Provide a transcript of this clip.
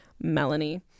Melanie